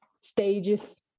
stages